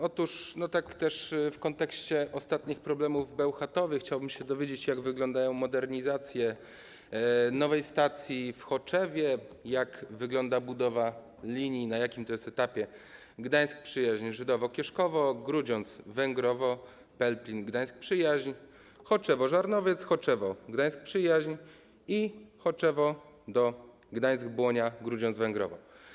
Otóż w kontekście ostatnich problemów w Bełchatowie chciałbym się dowiedzieć, jak wygląda modernizacja nowej stacji w Choczewie, jak wygląda budowa linii, na jakim to jest etapie: Gdańsk Przyjaźń - Żydowo Kierzkowo, Grudziądz Węgrowo - Pelplin - Gdańsk Przyjaźń, Choczewo - Żarnowiec, Choczewo - Gdańsk Przyjaźń i Choczewo - Gdańsk Błonia - Grudziądz Węgrowo.